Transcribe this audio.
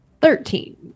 Thirteen